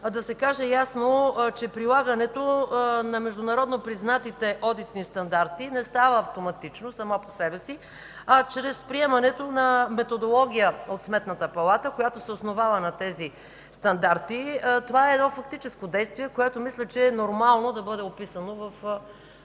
да се каже ясно, че прилагането на международно признатите одитни стандарти не става автоматично, само по себе си, а чрез приемането на методология от Сметната палата, която се основава на тези стандарти. Това е едно фактическо действие, което мисля, че е нормално да бъде описано в